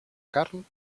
carn